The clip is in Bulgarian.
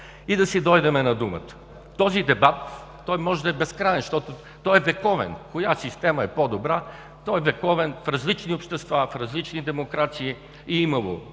И да си дойдем на думата. Този дебат може да е безкраен, защото е вековен – коя система е по-добра, той е вековен в различни общества, в различни демокрации. Имало